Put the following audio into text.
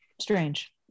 strange